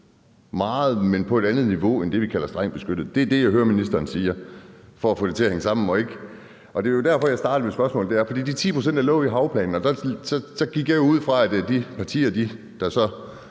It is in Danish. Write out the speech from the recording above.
beskyttet, men på et andet niveau end det, vi kalder strengt beskyttet. Det er det, jeg hører ministeren siger – for at få det til at hænge sammen – og det var jo derfor, jeg startede mit spørgsmål sådan. For med hensyn til de 10 pct., der lå i havplanen, gik jeg jo ud fra, at de partier, der